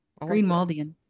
Greenwaldian